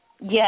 Yes